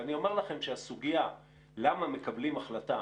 ואני אומר לכם שהסוגיה למה מקבלים החלטה